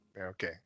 Okay